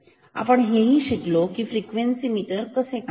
आणि हेही शिकलो की फ्रिक्वेन्सी मीटर कसे काम करते